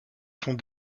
sont